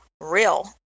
real